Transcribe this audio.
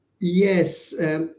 Yes